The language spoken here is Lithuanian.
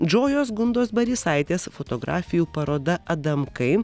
džojos gundos barysaitės fotografijų paroda adamkai